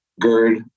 GERD